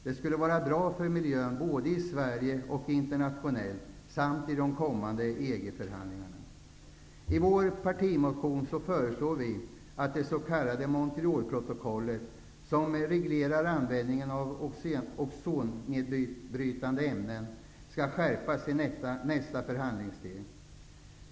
Det skulle vara bra för miljön både i Sverige och internationellt samt i kommande EG I vår partimotion föreslår vi att det s.k. Montrealprotokollet, som reglerar användningen av ozonnedbrytande ämnen, skall skärpas i nästa förhandlingssteg.